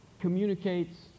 communicates